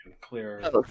clear